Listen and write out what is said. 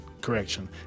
Correction